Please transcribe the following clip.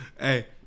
Hey